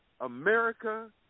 America